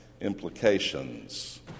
implications